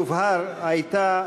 יובהר: ההצבעה הייתה